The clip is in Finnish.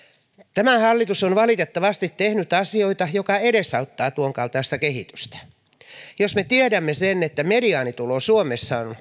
tämä hallitus on valitettavasti tehnyt asioita jotka edesauttavat tuonkaltaista kehitystä jos me tiedämme sen että mediaanitulo suomessa